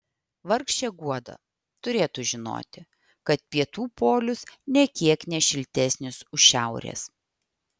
vargšė guoda turėtų žinoti kad pietų polius nė kiek ne šiltesnis už šiaurės